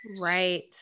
Right